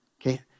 okay